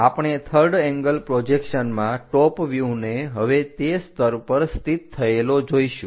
તો આપણે third angle પ્રોજેક્શનમાં ટોપ વ્યુહને હવે તે સ્તર પર સ્થિત થયેલો જોઈશું